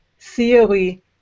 theory